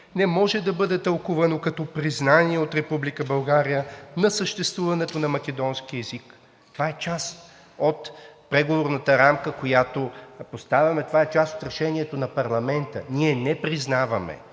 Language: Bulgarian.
не може да бъде тълкувано като признание от Република България на съществуването на македонски език.“ Това е част от Преговорната рамка, която поставяме. Това е част от решението на парламента. Ние не признаваме